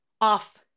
off